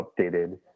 updated